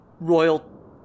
royal